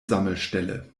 sammelstelle